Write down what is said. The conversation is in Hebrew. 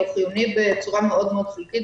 או חיוני בצורה מאוד מאוד חלקית.